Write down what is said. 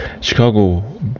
Chicago